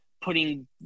putting